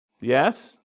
Yes